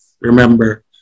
remember